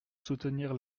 soutenir